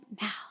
now